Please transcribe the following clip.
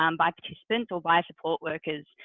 um by participants or by support workers,